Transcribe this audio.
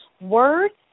Words